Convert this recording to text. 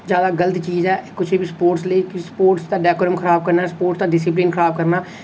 जैदा गलत चीज ऐ कुसै बी स्पोर्ट्स लेई कि स्पोर्ट्स दा डेकोरम खराब करना स्पोर्ट्स दा डिसिप्लिन खराब करना